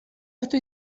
hartu